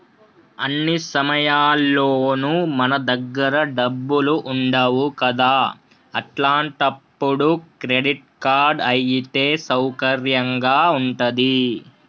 అన్ని సమయాల్లోనూ మన దగ్గర డబ్బులు ఉండవు కదా అట్లాంటప్పుడు క్రెడిట్ కార్డ్ అయితే సౌకర్యంగా ఉంటది